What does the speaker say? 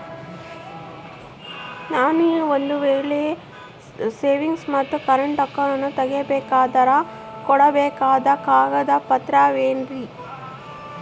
ನಾನು ಒಂದು ವೇಳೆ ಸೇವಿಂಗ್ಸ್ ಮತ್ತ ಕರೆಂಟ್ ಅಕೌಂಟನ್ನ ತೆಗಿಸಬೇಕಂದರ ಕೊಡಬೇಕಾದ ಕಾಗದ ಪತ್ರ ಏನ್ರಿ?